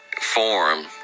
form